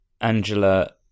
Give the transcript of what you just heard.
Angela